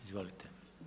Izvolite.